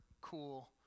cool